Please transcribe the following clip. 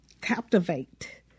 captivate